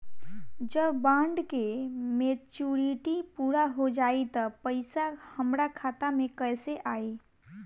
जब बॉन्ड के मेचूरिटि पूरा हो जायी त पईसा हमरा खाता मे कैसे आई?